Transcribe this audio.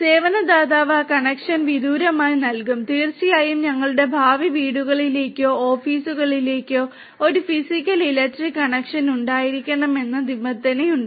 സേവന ദാതാവ് ആ കണക്ഷൻ വിദൂരമായി നൽകും തീർച്ചയായും ഞങ്ങളുടെ ഭാവി വീടുകളിലേക്കോ ഓഫീസുകളിലേക്കോ ഒരു ഫിസിക്കൽ ഇലക്ട്രിക് കണക്ഷൻ ഉണ്ടായിരിക്കണമെന്ന നിബന്ധനയുണ്ട്